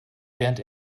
während